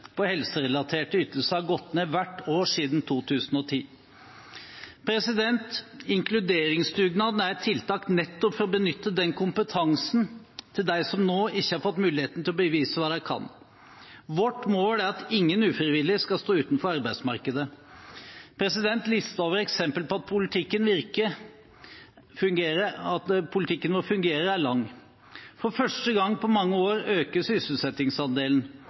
på helserelaterte ytelser har gått ned hvert år siden 2010. Inkluderingsdugnaden er et tiltak nettopp for å benytte kompetansen til dem som til nå ikke har fått muligheten til å bevise hva de kan. Vårt mål er at ingen ufrivillig skal stå utenfor arbeidsmarkedet. Listen over eksempler på at politikken vår fungerer, er lang. For første gang på mange år øker sysselsettingsandelen.